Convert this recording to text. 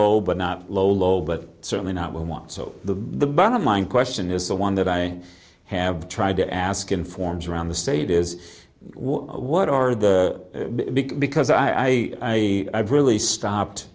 low but not low low but certainly not want so the bottom line question is the one that i have tried to ask informs around the state is what are the big because i really stopped